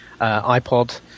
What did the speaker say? iPod